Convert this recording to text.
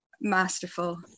masterful